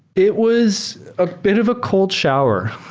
it was a bit of a cold shower.